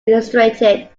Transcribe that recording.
illustrated